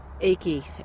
achy